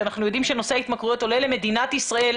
אנחנו יודעים שנושא ההתמכרויות עולה היום למדינת ישראל